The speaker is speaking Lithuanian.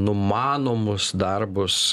numanomus darbus